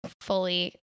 fully